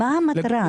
מה המטרה?